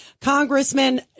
Congressman